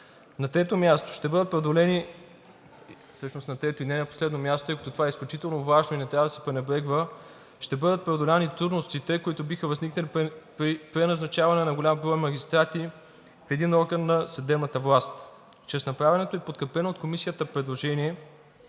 се пренебрегва, ще бъдат преодолени трудностите, които биха възникнали при преназначаване на голям брой магистрати в един орган на съдебната власт. Чрез направеното и подкрепено от Комисията предложение